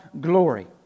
glory